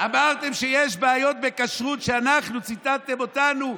אמרתם שיש בעיות בכשרות שאנחנו, ציטטתם אותנו,